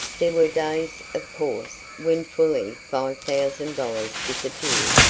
there were days, of course, when fully five thousand dollars disappeared,